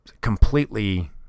completely